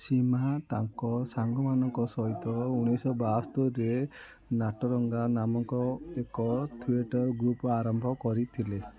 ସିମ୍ହା ତାଙ୍କ ସାଙ୍ଗମାନଙ୍କ ସହିତ ଉଣେଇଶଶହ ବାସ୍ତରୀରେ ନାଟାରଙ୍ଗା ନାମକ ଏକ ଥିଏଟର୍ ଗ୍ରୁପ୍ ଆରମ୍ଭ କରିଥିଲେ